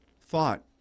thought